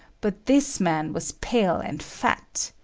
but this man was pale and fat.